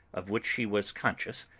of which she was conscious,